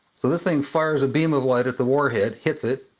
so this thing fires a beam of light at the warhead, hits it,